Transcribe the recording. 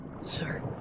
sir